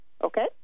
okay